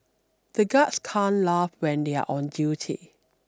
the guards can't laugh when they are on duty